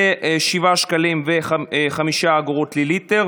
ל-7.05 שקלים לליטר,